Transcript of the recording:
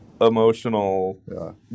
emotional